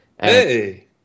Hey